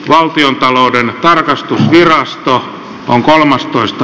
valtiontalouden tarkastusvirasto on kolmastoista